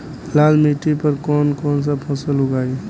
लाल मिट्टी पर कौन कौनसा फसल उगाई?